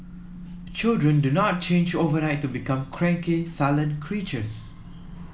children do not change overnight to become cranky sullen creatures